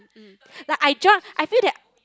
mm like I ju~ I feel that